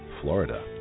Florida